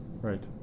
Right